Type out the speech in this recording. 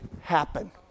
happen